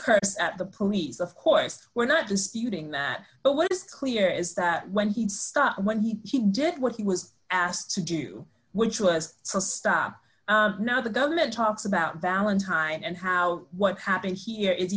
curse at the police of course we're not disputing that but what is clear is that when he stopped when he did what he was asked to do which was stop now the government talks about valentine and how what happened here is